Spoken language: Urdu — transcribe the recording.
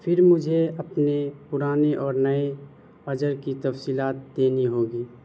پھر مجھے اپنے پرانے اور نئے اجر کی تفصیلات دینی ہوگی